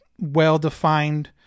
well-defined